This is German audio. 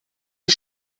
die